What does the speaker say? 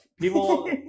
People